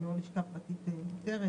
אם הוא לא לשכה פרטית מוכרת.